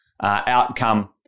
outcome